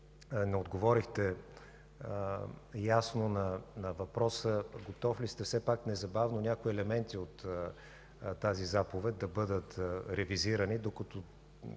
не отговорихте ясно на въпроса готов ли сте все пак незабавно някои елементи от тази заповед да бъдат ревизирани, докато